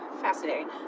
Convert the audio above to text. Fascinating